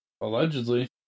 Allegedly